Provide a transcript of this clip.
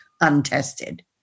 untested